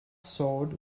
sword